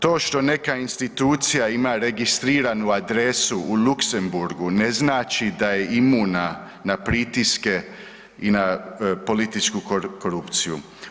To što neka institucija ima registriranu adresu u Luxembourgu ne znači da je imuna na pritiske i na političku korupciju.